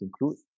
include